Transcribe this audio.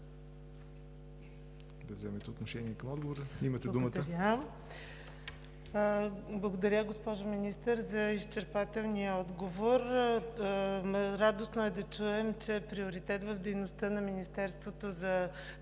да вземете отношение към отговора. Имате думата. АСЯ ПЕЕВА (ГЕРБ): Благодаря. Благодаря, госпожо Министър, за изчерпателния отговор. Радостно е да чуем, че приоритет в дейността на Министерството за